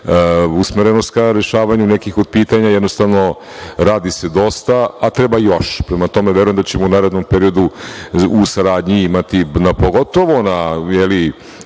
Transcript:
usmerenost ka rešavanju nekih od pitanja. Jednostavno, radi se dosta, a treba još. Prema tome, verujem da ćemo u narednom periodu u saradnji imati, pogotovo na